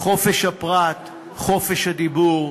חופש הפרט, חופש הדיבור.